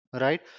right